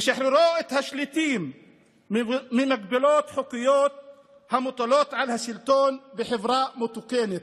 בשחררו את השליטים ממגבלות חוקיות המוטלות על השלטון בחברה מתוקנת,